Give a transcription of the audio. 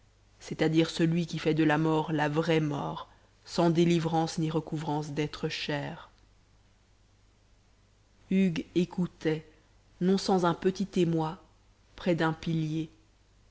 c'est-à-dire celui qui fait de la mort la vraie mort sans délivrance ni recouvrance d'êtres chers hugues écoutait non sans un petit émoi près d'un pilier